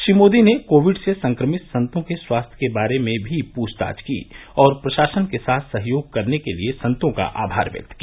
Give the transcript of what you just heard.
श्री मोदी ने कोविड से संक्रमित संतों के स्वास्थ्य के बारे में भी पूछताछ की और प्रशासन के साथ सहयोग करने के लिए संतों का आभार व्यक्त किया